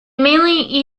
mainly